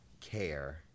care